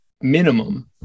minimum